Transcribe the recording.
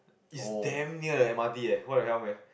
is damn near the M_R_T eh what the hell man